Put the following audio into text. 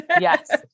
Yes